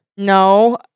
No